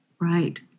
Right